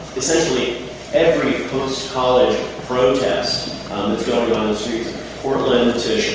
essentially every closed college protest that's going on